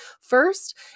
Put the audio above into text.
First